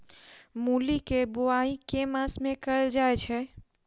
मूली केँ बोआई केँ मास मे कैल जाएँ छैय?